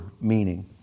meaning